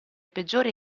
peggiori